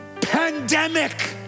pandemic